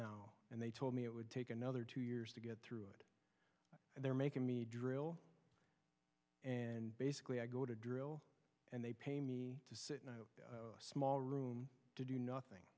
now and they told me it would take another two years to get through it and they're making me drill and basically i go to drill and they pay me to sit in a small room to do nothing